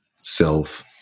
self